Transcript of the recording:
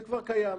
זה כבר קיים.